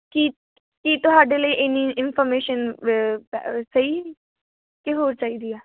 ਕੀ ਕੀ ਤੁਹਾਡੇ ਲਈ ਇੰਨੀ ਇਨਫੋਰਮੇਸ਼ਨ ਵ ਅ ਸਹੀ ਕਿ ਹੋਰ ਚਾਹੀਦੀ ਆ